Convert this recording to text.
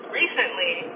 recently